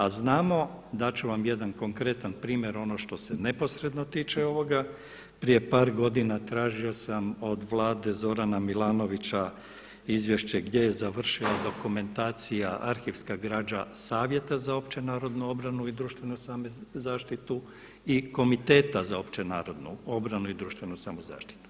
A znamo dat ću vam jedan konkretan primjer ono što se neposredno tiče ovoga, prije par godina tražio sam od Vlade Zorana Milanovića izvješće gdje je završila dokumentacija, arhivska građa Savjeta za općenarodnu obranu i društvenu zaštitu i Komiteta za opće narodnu obranu i društvenu samozaštitu.